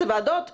זה ועדות שלכם,